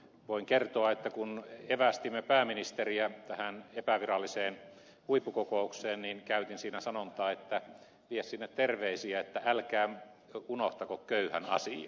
voin kertoa että kun evästimme pääministeriä tähän epäviralliseen huippukokoukseen niin käytin siinä sanontaa vie sinne terveisiä että älkää unohtako köyhän asiaa